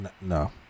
No